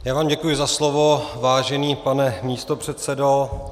Já vám děkuji za slovo, vážený pane místopředsedo.